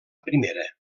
primera